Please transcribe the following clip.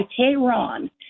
Tehran